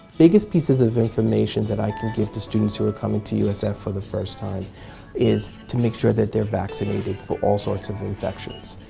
biggest pieces of information that i can give to students who are coming to usf for the first time is to make sure that they're vaccinated for sorts of infections.